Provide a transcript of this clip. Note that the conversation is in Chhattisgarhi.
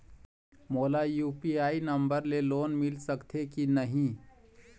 मोला यू.पी.आई नंबर ले लोन मिल सकथे कि नहीं?